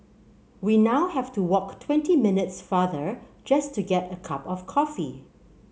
we now have to walk twenty minutes farther just to get a cup of coffee